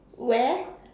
where